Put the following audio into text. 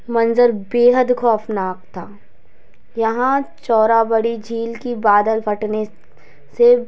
मंज़र बेहद खौफ़नाक था यहाँ चौराबाड़ी झील की बादल फटने से